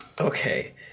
Okay